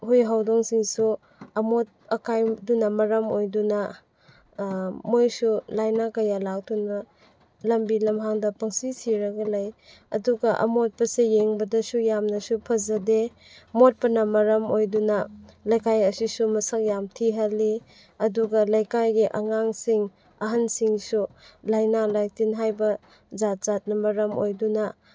ꯍꯨꯏ ꯍꯧꯗꯣꯡꯁꯤꯡꯁꯨ ꯑꯃꯣꯠ ꯑꯀꯥꯏꯗꯨꯅ ꯃꯔꯝ ꯑꯣꯏꯗꯨꯅ ꯃꯣꯏꯁꯨ ꯂꯥꯏꯅꯥ ꯀꯌꯥ ꯂꯥꯛꯇꯨꯅ ꯂꯝꯕꯤ ꯂꯝꯍꯥꯡꯗ ꯄꯪꯁꯤ ꯁꯤꯔꯒ ꯂꯩ ꯑꯗꯨꯒ ꯑꯃꯣꯠꯄꯁꯦ ꯌꯦꯡꯕꯗꯁꯨ ꯌꯥꯝꯅꯁꯨ ꯐꯖꯗꯦ ꯃꯣꯠꯄꯅ ꯃꯔꯝ ꯑꯣꯏꯗꯨꯅ ꯂꯩꯀꯥꯏ ꯑꯁꯤꯁꯨ ꯃꯁꯛ ꯌꯥꯝ ꯊꯤꯍꯜꯂꯤ ꯑꯗꯨꯒ ꯂꯩꯀꯥꯏꯒꯤ ꯑꯉꯥꯡꯁꯤꯡ ꯑꯍꯟꯁꯤꯡꯁꯨ ꯂꯥꯏꯅꯥ ꯂꯥꯏꯇꯤꯟ ꯍꯥꯏꯕ ꯖꯥꯠ ꯖꯥꯠꯅ ꯃꯔꯝ ꯑꯣꯏꯗꯨꯅ